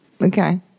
Okay